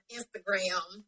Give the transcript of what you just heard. Instagram